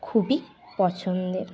খুবই পছন্দের